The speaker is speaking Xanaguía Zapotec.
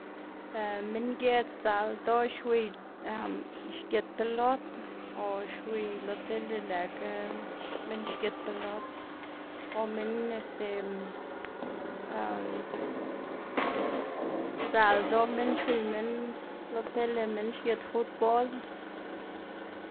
minng giez sdzaꞌ ldoꞌ xwiy xgit pelot o xwiy lo tele lëꞌkga minn xgit pelot o minn este sdzaꞌl ldoꞌ minn xwiy minn lo tele minn xgit futbol.